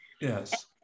Yes